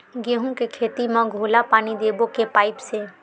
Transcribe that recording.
गेहूं के खेती म घोला पानी देबो के पाइप से?